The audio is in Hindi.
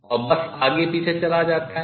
और बस आगे पीछे चला जाता है